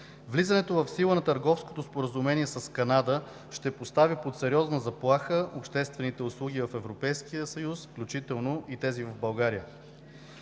влизането в сила на Търговското споразумение с Канада ще постави под сериозна заплаха обществените услуги в Европейския съюз, включително и тези в България.